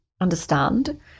understand